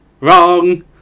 Wrong